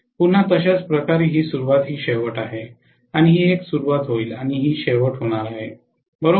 पुन्हा तशाच प्रकारे ही सुरुवात ही शेवट आहे आणि ही एक सुरुवात होईल आणि ही शेवट होणार आहे बरोबर